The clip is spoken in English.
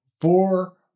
four